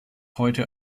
heute